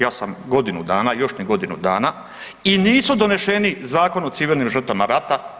Ja sam godinu dana, još ni godinu dana i nisu doneseni Zakon o civilnim žrtvama rata.